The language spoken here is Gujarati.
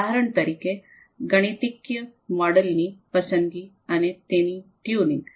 ઉદાહરણ તરીકે ગાણિતિક મોડેલની પસંદગી અને તેની ટ્યુનિંગ